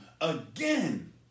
again